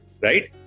right